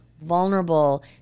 vulnerable